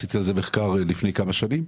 עשיתי על זה מחקר לפני כמה שנים.